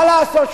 מה לעשות,